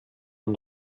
und